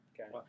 okay